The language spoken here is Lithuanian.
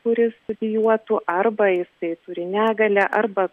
kuris studijuotų arba jisai turi negalią arba